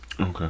Okay